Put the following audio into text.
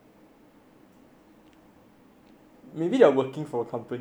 maybe they're working for a company this in a competition